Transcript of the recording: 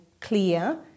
clear